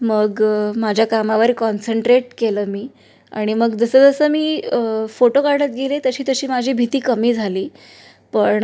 मग माझ्या कामावर कॉन्सन्ट्रेट केलं मी आणि मग जसंजसं मी फोटो काढत गेले तशी तशी माझी भीती कमी झाली पण